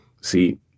See